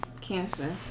Cancer